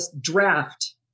draft